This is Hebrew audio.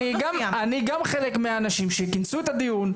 אני גם חלק מהאנשים שכינסו את הדיון,